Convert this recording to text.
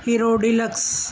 hero deluxe